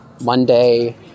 Monday